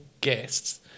guests